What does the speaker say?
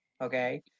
okay